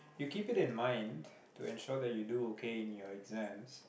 you keep it in mind to ensure that you do okay in your exams